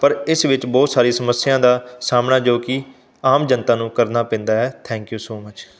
ਪਰ ਇਸ ਵਿੱਚ ਬਹੁਤ ਸਾਰੀ ਸਮੱਸਿਆ ਦਾ ਸਾਹਮਣਾ ਜੋ ਕਿ ਆਮ ਜਨਤਾ ਨੂੰ ਕਰਨਾ ਪੈਂਦਾ ਹੈ ਥੈਂਕ ਯੂ ਸੋ ਮੱਚ